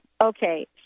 Okay